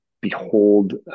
behold